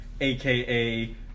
AKA